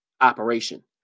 operation